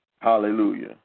Hallelujah